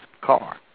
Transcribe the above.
car